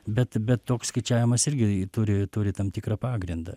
bet bet toks skaičiavimas irgi turi turi tam tikrą pagrindą